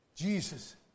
Jesus